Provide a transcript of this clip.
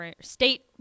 state